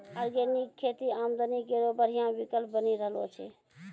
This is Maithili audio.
ऑर्गेनिक खेती आमदनी केरो बढ़िया विकल्प बनी रहलो छै